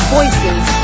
Voices